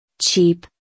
cheap